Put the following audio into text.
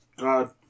God